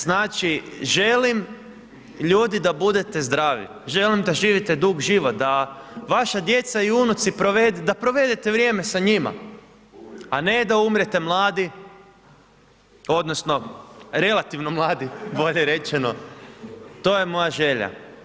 Znači želim ljudi da budete zdravi, želim da živite dug život, da vaša djeca i unuci provedu, da provedete vrijeme sa njima, a ne da umrete mladi odnosno relativno mladi bolje rečeno, to je moja želja.